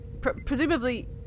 presumably